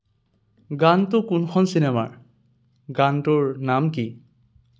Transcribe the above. গানটো কোনখন চিনেমাৰ গানটোৰ নাম কি